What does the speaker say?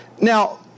Now